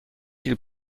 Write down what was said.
viel